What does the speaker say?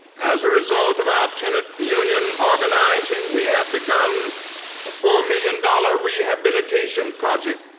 as a result of our tenant union organizing, we have begun a four million dollar rehabilitation project,